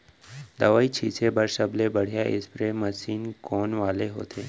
दवई छिंचे बर सबले बढ़िया स्प्रे मशीन कोन वाले होथे?